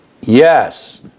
yes